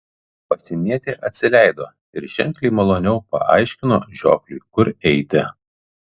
pasienietė atsileido ir ženkliai maloniau paaiškino žiopliui kur eiti